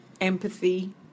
empathy